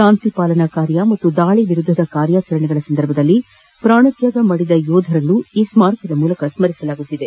ಶಾಂತಿ ಪಾಲನಾ ಕಾರ್ಯ ಹಾಗೂ ದಾಳಿ ವಿರುದ್ದದ ಕಾರ್ಯಾಚರಣೆ ಸಂದರ್ಭದಲ್ಲಿ ಪ್ರಾಣತ್ಯಾಗ ಮಾಡಿದ ಯೋಧರನ್ನೂ ಈ ಸ್ವಾರಕದ ಮೂಲಕ ಸ್ವರಿಸಲಾಗುತ್ತಿದೆ